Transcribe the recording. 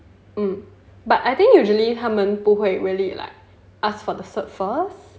mm but I think usually 他们不会 really like ask for the cert first